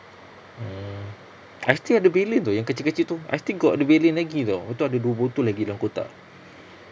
mm